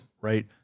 right